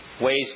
ways